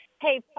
Hey